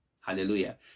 Hallelujah